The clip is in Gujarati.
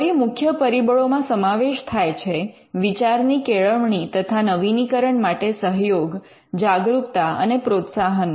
ફરી મુખ્ય પરિબળોમાં સમાવેશ થાય છે વિચારની કેળવણી તથા નવીનીકરણ માટે સહયોગ જાગરૂકતા અને પ્રોત્સાહનનો